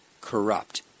corrupt